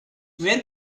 where